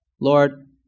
Lord